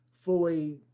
fully